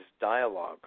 dialogue